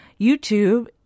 YouTube